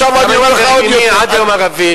ואני מדבר עם אמי עד היום ערבית.